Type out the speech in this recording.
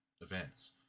events